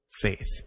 faith